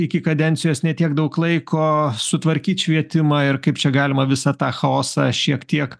iki kadencijos ne tiek daug laiko sutvarkyt švietimą ir kaip čia galima visą tą chaosą šiek tiek